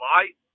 Light